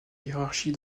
hiérarchie